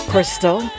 Crystal